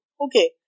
Okay